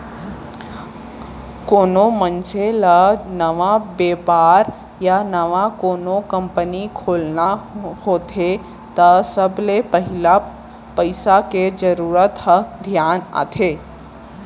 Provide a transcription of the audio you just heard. कोनो मनसे ल नवा बेपार या नवा कोनो कंपनी खोलना होथे त सबले पहिली पइसा के जरूरत ह धियान आथे